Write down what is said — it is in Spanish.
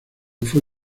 fue